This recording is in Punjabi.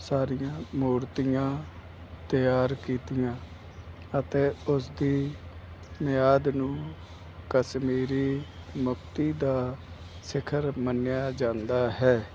ਸਾਰੀਆਂ ਮੂਰਤੀਆਂ ਤਿਆਰ ਕੀਤੀਆਂ ਅਤੇ ਉਸਦੀ ਮਿਆਦ ਨੂੰ ਕਸ਼ਮੀਰੀ ਮੁਕਤੀ ਦਾ ਸਿਖਰ ਮੰਨਿਆ ਜਾਂਦਾ ਹੈ